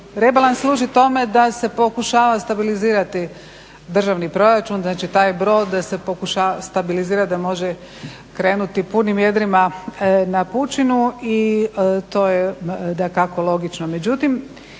rebalans služi tome da se pokušava stabilizirati državni proračun, znači taj brod da se pokušava stabilizirati da može krenuti punim jedrima na pučinu i to je dakako logično.